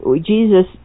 Jesus